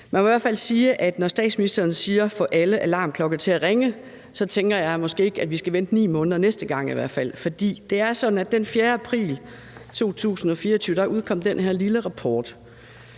Man må i hvert fald sige, at når statsministeren siger »får alle alarmklokker til at ringe«, tænker jeg måske ikke, at vi skal vente i 9 måneder næste gang. For det er sådan, at den 4. april 2024 udkom den her lille rapport